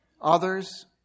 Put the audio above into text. others